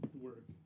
work